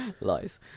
Lies